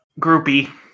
groupie